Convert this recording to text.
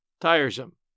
tiresome